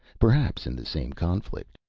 perhaps in the same conflict?